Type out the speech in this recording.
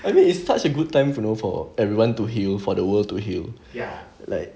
I mean it's such a good time you know for everyone to heal for the world to heal like